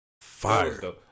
fire